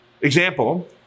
Example